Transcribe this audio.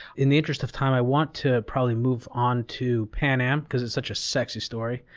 in the interest of time, i want to probably move on to pan am, because it's such a sexy story.